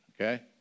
okay